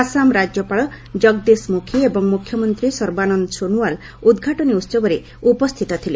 ଆସାମ ରାଜ୍ୟପାଳ ଜଗଦିଶ ମୁଖୀ ଏବଂ ମୁଖ୍ୟମନ୍ତ୍ରୀ ସର୍ବାନନ୍ଦ ସୋନୱାଲ୍ ଉଦ୍ଘାଟନୀ ଉତ୍ସବରେ ଉପସ୍ଥିତ ଥିଲେ